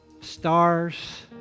stars